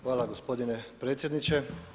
Hvala gospodine predsjedniče.